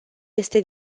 este